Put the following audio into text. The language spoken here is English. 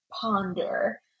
ponder